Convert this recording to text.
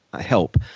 help